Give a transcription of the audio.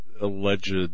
alleged